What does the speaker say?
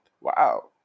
Wow